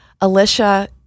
Alicia